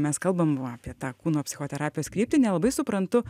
mes kalbam apie tą kūno psichoterapijos kryptį nelabai suprantu